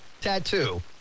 tattoo